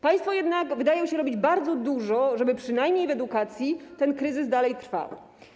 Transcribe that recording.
Państwo jednak wydają się robić bardzo dużo, żeby przynajmniej w edukacji ten kryzys dalej trwał.